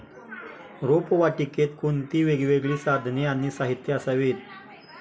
रोपवाटिकेत कोणती वेगवेगळी साधने आणि साहित्य असावीत?